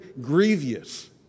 grievous